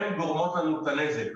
הן גורמות לנו את הנזק,